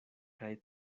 kaj